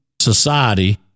society